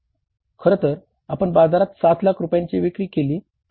खरतर आपण बाजारात 7 लाख रुपयांची विक्री केली